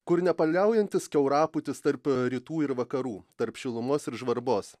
kur nepaliaujantis kiauraputis tarp rytų ir vakarų tarp šilumos ir žvarbos